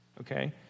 okay